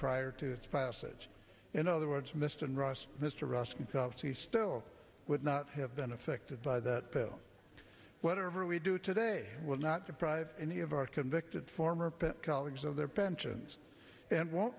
prior to its passage in other words mr ross mr ruskin he still would not have been affected by that bill whatever we do today will not deprive any of our convicted former colleagues of their pensions and